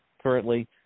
currently